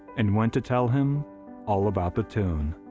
and went to tell him all about the tune.